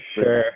Sure